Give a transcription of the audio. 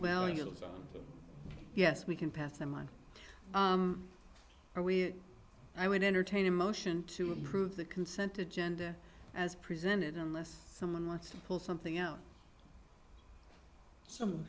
know yes we can pass them on are we i would entertain a motion to improve the consent to gender as presented unless someone wants to pull something out some